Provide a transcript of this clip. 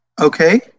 okay